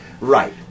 right